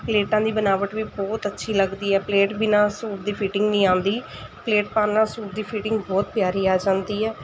ਪਲੇਟਾਂ ਦੀ ਬਨਾਵਟ ਵੀ ਬਹੁਤ ਅੱਛੀ ਲੱਗਦੀ ਹੈ ਪਲੇਟ ਬਿਨਾਂ ਸੂਟ ਦੀ ਫਿਟਿੰਗ ਨਹੀਂ ਆਉਂਦੀ ਪਲੇਟ ਪਾਉਣ ਨਾਲ ਸੂਟ ਦੀ ਫਿਟਿੰਗ ਬਹੁਤ ਪਿਆਰੀ ਆ ਜਾਂਦੀ ਹੈ